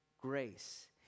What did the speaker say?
Grace